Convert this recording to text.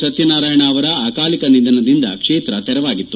ಸತ್ಯನಾರಾಯಣ ಅವರ ಅಕಾಲಿಕ ನಿಧನದಿಂದ ಕ್ಷೇತ್ರ ತೆರವಾಗಿತ್ತು